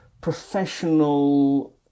professional